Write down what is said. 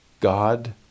God